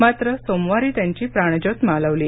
मात्र सोमवारी त्यांची प्राणज्योत मालवली